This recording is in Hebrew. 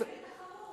זה יביא לתחרות,